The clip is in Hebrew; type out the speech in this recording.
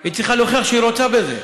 היא צריכה להוכיח שהיא רוצה בזה.